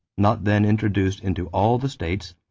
not then introduced into all the states,